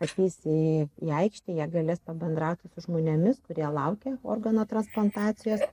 ateis į į aikštę jie galės pabendrauti su žmonėmis kurie laukia organo transplantacijos